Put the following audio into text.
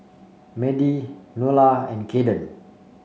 Madie Nola and Kaiden